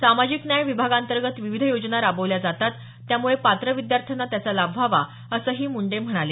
सामाजिक न्याय विभागांतर्गत विविध योजना राबवल्या जातात त्यामुळे पात्र विद्यार्थ्यांना त्याचा लाभ व्हावा असंही मुंडे म्हणाले